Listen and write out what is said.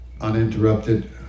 uninterrupted